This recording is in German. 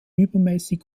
übermäßig